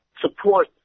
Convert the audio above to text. support